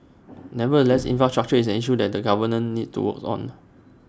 nevertheless infrastructure is an issue that the government needs to work on